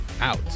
out